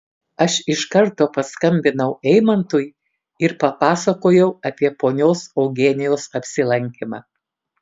aš iš karto paskambinau eimantui ir papasakojau apie ponios eugenijos apsilankymą